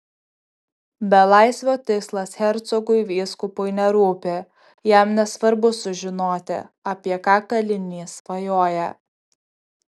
belaisvio tikslas hercogui vyskupui nerūpi jam nesvarbu sužinoti apie ką kalinys svajoja